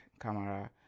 camera